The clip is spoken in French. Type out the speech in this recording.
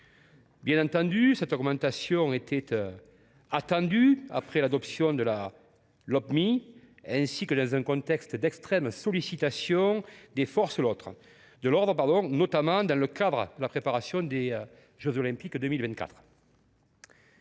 Bien entendu, une telle augmentation était attendue après l’adoption de la Lopmi, qui intervient dans un contexte d’extrême sollicitation des forces de l’ordre, notamment dans le cadre de la préparation des jeux Olympiques de 2024.